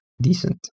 decent